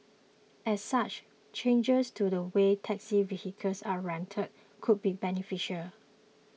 as such changes to the way taxi vehicles are rented could be beneficial